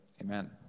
Amen